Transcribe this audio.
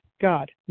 God